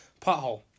Pothole